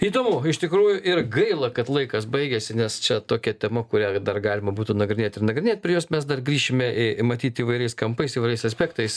įdomu iš tikrųjų ir gaila kad laikas baigiasi nes čia tokia tema kurią dar galima būtų nagrinėt ir nagrinėt prie jos mes dar grįšime matyt įvairiais kampais įvairiais aspektais